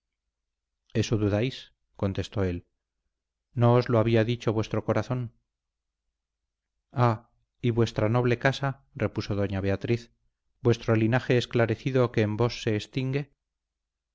eso dudáis contestó él no os lo había dicho vuestro corazón ah y vuestra noble casa repuso doña beatriz vuestro linaje esclarecido que en vos se extingue